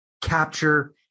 capture